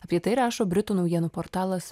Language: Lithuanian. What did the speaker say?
apie tai rašo britų naujienų portalas